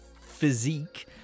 physique